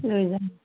লৈ যাম